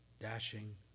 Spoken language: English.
dashing